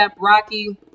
Rocky